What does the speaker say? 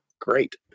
great